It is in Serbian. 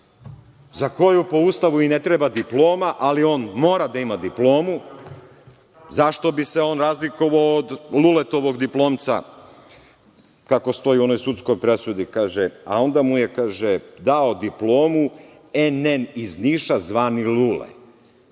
za koju po Ustavu i ne treba diploma, ali on mora da ima diplomu. Zašto bi se on razlikovao od Luletovog diplomca, kako stoji u onoj sudskoj presudi, kaže – a onda mu je dao diplomu n.n. iz Niša zvani Lule.